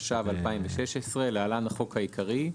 התשע"ו 2016 (להלן החוק העיקרי),